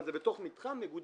אבל זה בתוך מתחם מגודר.